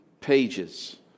pages